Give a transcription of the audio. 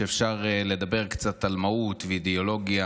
שאפשר לדבר בו קצת על מהות ואידיאולוגיה,